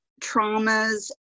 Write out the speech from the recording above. traumas